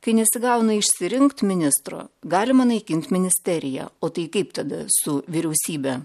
kai nesigauna išsirinkt ministro galima naikint ministeriją o tai kaip tada su vyriausybe